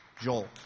Joel